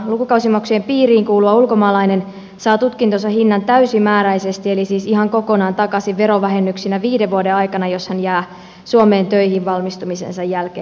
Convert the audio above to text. lukukausimaksujen piiriin kuuluva ulkomaalainen saa tutkintonsa hinnan täysimääräisesti eli siis ihan kokonaan takaisin verovähennyksinä viiden vuoden aikana jos hän jää suomeen töihin valmistumisensa jälkeen